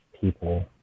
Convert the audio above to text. people